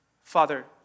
Father